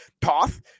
Toth